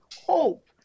hope